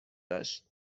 داشت